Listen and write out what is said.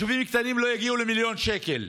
יישובים קטנים לא יגיעו למיליון שקל,